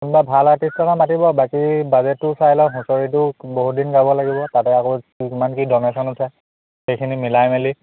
কোনোবা ভাল আৰ্টিষ্টটকে মাতিব বাকী বাজেটটো চাই লওঁ হুঁচৰিটো বহুত দিন গাব লাগিব তাতে আকৌ কিমান কি ডনেশ্যন আছে সেইখিনি মিলাই মেলি